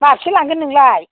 माबेसे लांगोन नोंलाय